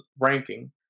ranking